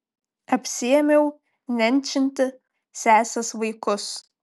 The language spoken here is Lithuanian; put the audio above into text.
apsiėmiau nenčinti sesės vaikus